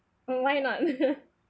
mm why not